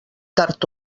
tard